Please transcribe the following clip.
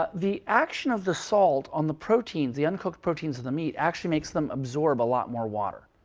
but the action of the salt on the proteins the uncooked proteins of the meat actually makes them absorb a lot more water.